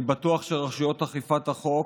אני בטוח שרשויות אכיפת החוק